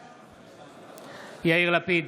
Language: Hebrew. בעד יאיר לפיד,